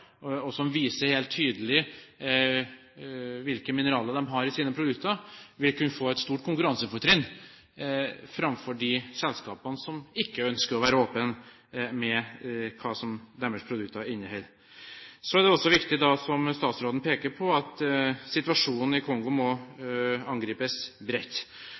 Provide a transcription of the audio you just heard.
og som viser helt tydelig hvilke mineraler de har i sine produkter, vil kunne få et stort konkurransefortrinn framfor de selskapene som ikke ønsker å være åpne om hva deres produkter inneholder. Så er det også viktig, som statsråden peker på, at situasjonen i Kongo må angripes bredt.